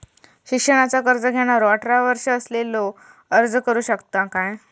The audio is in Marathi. शिक्षणाचा कर्ज घेणारो अठरा वर्ष असलेलो अर्ज करू शकता काय?